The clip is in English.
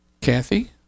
kathy